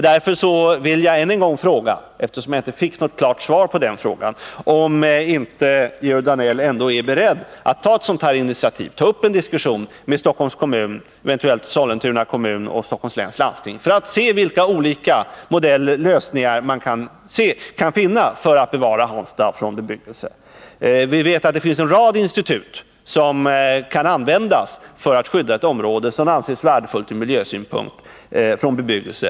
Därför vill jag än en gång fråga — eftersom jag inte fick något klart svar — om inte Georg Danell ändå är beredd att ta ett initiativ till att ta upp en diskussion med Stockholms kommun och eventuellt Sollentuna kommun samt med Stockholms läns landsting för att se vilka olika lösningar det kan finnas för att skydda Hansta för bebyggelse. Det finns en rad institut som kan användas för att skydda ett område som anses värdefullt ur miljösynpunkt från bebyggelse.